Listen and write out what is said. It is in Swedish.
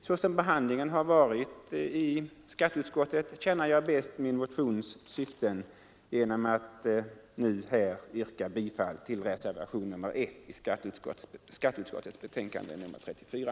Såsom behandlingen har varit i skatteutskottet tjänar jag bäst min motions syften genom att nu yrka bifall till reservationen 1 vid skatteutskottets betänkande nr 34.